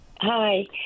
Hi